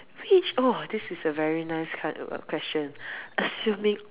which oh this is a very nice kind of question assuming